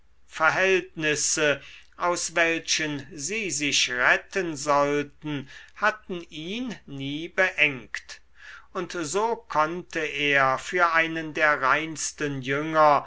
verhältnisse aus welchen sie sich retten sollten hatten ihn nie beengt und so konnte er für einen der reinsten jünger